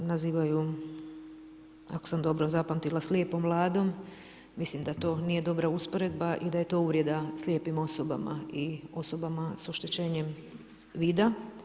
Nazivaju, ako sam dobro zapamtila, slijepom vladom, mislim da to nije dobra usporedba i da je to uvreda slijepim osobama i osoba sa oštećenjem vida.